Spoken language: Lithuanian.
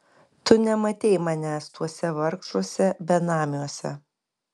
tu nematei manęs tuose vargšuose benamiuose